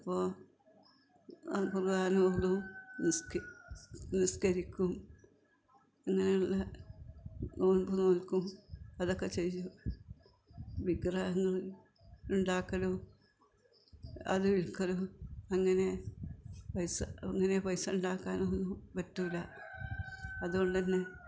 അപ്പോൾ അത് ഖുറാൻ ഓതും നിസ്കരിക്കും അങ്ങനെ ഉള്ള നോൽമ്പ് നോൽക്കും അതൊക്കെ ചെയ്യും വിഗ്രഹങ്ങളെ ഉണ്ടാക്കലും അത് വിൽക്കലും അങ്ങനെ പൈസ അങ്ങനെ പൈസ ഉണ്ടാക്കാനൊന്നും പറ്റില്ല അതുകൊണ്ടുതന്നെ